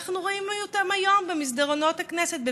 ראינו אותם היום במסדרונות הכנסת,